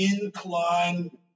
incline